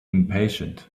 impatient